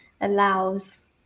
allows